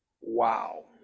Wow